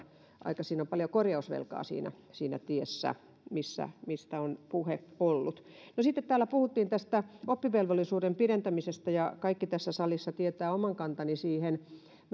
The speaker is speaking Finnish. aika paljon korjausvelkaa siinä siinä tiessä mistä on puhe ollut sitten täällä puhuttiin tästä oppivelvollisuuden pidentämisestä ja kaikki tässä salissa tietävät oman kantani siihen minä